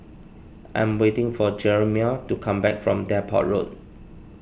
I am waiting for Jerimiah to come back from Depot Road